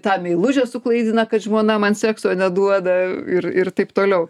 tą meilužę suklaidina kad žmona man sekso neduoda ir ir taip toliau